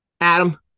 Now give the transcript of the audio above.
Adam